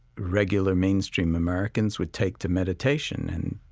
regular mainstream americans would take to meditation. and,